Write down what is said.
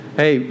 hey